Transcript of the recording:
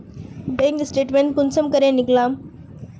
Bank statement कुंसम करे निकलाम?